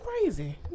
crazy